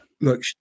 Look